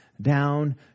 down